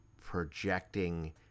projecting